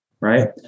Right